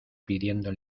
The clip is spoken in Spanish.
pidiendo